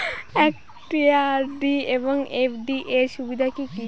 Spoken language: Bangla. একটি আর.ডি এবং এফ.ডি এর সুবিধা কি কি?